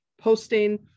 posting